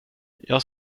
jag